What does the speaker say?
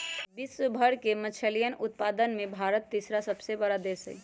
विश्व भर के मछलयन उत्पादन में भारत तीसरा सबसे बड़ा देश हई